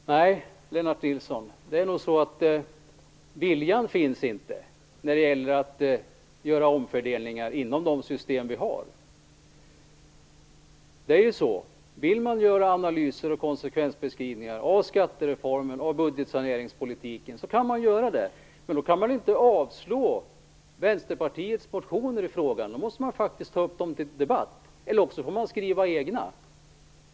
Fru talman! Nej, Lennart Nilsson, det är nog viljan som inte finns när det gäller att göra omfördelningar inom de system vi har. Vill man göra analyser och konsekvensbeskrivningar av skattereformen och budgetsaneringspolitiken kan man göra det. Men då kan man inte avslå Vänsterpartiets motioner i frågan. Då måste man faktiskt ta upp dem till debatt. Eller också får man skriva egna.